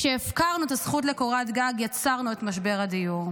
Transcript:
כשהפקרנו את הזכות לקורת גג, יצרנו את משבר הדיור.